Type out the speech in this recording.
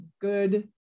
good